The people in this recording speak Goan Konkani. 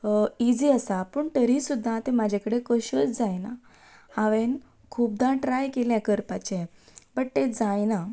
इजी आसा पूण तरी सुद्दां ते म्हजे कडेन कश्योच जायना हांवें खूबदां ट्राय केलें करपाचें बट तें जायना